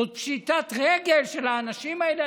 זאת פשיטת רגל של האנשים האלה,